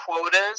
quotas